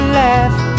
laugh